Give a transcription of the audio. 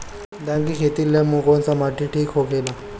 धान के खेती ला कौन माटी ठीक होखेला?